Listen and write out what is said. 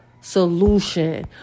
solution